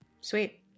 sweet